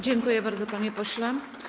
Dziękuję bardzo, panie pośle.